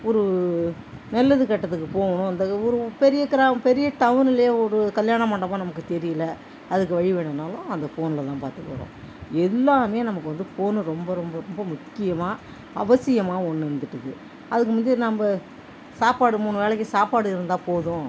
ஒரு நல்லது கெட்டதுக்கு போகணும் இந்த ஒரு பெரிய கிராமம் பெரிய டவுன்லே ஒரு கல்யாண மண்டபம் நமக்கு தெரியல அதுக்கு வழி வேணுனாலும் அந்த ஃபோனில் தான் பார்த்துக்குறோம் எல்லாமே நமக்கு வந்து ஃபோனு ரொம்ப ரொம்ப ரொம்ப முக்கியமாக அவசியமாக ஒன்று வந்துட்டுது அதுக்கு முந்தி நம்ம சாப்பாடு மூணு வேளைக்கு சாப்பாடு இருந்தால் போதும்